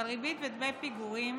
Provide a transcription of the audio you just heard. אבל ריבית ודמי פיגורים